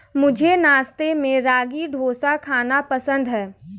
मुझे नाश्ते में रागी डोसा खाना पसंद है